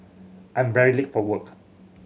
I'm very late for work